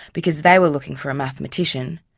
because they were looking for a mathematician,